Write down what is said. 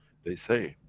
they say,